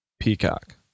Peacock